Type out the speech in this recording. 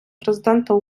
президента